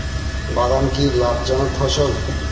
বাদাম কি লাভ জনক ফসল?